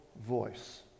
voice